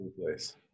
place